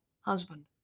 husband